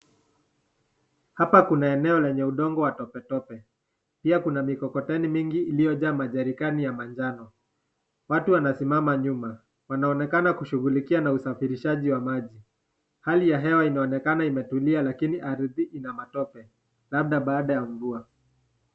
Hapa kuna eneo lenye udongo wa tope tope. Pia kuna mikokoteni mingi iliyojaa majerikani ya manjano. Watu wanasimama nyuma, wanaonekana kushughulikia na usafirishaji wa maji. Hali ya hewa inaonekana imetulia lakini ardhi ina matope. Labda baada ya mvua.